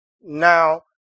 Now